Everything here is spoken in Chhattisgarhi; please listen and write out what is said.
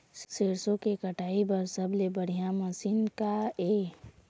सरसों के कटाई बर सबले बढ़िया मशीन का ये?